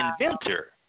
inventor